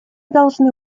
должны